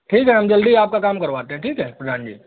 ठीक है हम जल्दी ही आपका काम करवाते है ठीक है प्रधान जी